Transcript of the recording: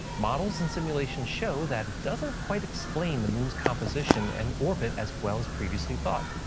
models and simulations show that it doesn't quite explain the moon's composition and orbit as well as previously thought.